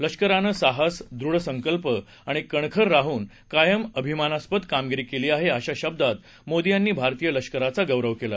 लष्करानं साहस दृढसंकल्प आणि कणखर राहून कायम अभिमानास्पद कामगिरी केली आहे अश्या शब्दात मोदी यांनी भारतीय लष्कराचा गौरव केला